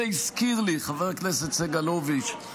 וזה הזכיר לי, חבר הכנסת סגלוביץ',